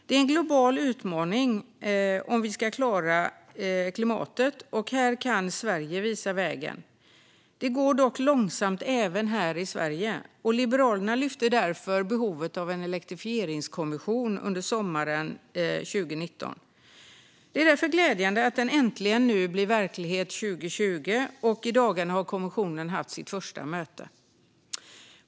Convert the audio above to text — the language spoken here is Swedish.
Det är en global utmaning om vi ska klara klimatet, och här kan Sverige visa vägen. Det går dock långsamt även här i Sverige. Liberalerna lyfte därför fram behovet av en elektrifieringskommission sommaren 2019. Det är därför glädjande att den nu äntligen blir verklighet 2020. I dagarna har kommissionen haft sitt första möte.